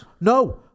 No